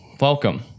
welcome